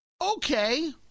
Okay